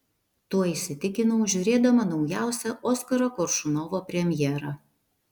tuo įsitikinau žiūrėdama naujausią oskaro koršunovo premjerą